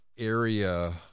area